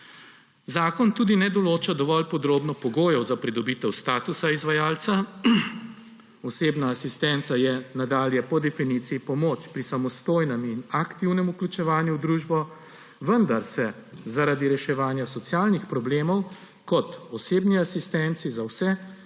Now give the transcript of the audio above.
Zakon tudi ne določa dovolj podrobno pogojev za pridobitev statusa izvajalca. Osebna asistenca je nadalje po definiciji pomoč pri samostojnem in aktivnem vključevanju v družbo, vendar se zaradi reševanja socialnih problemov kot osebni asistenci za vse